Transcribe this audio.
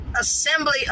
assembly